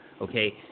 Okay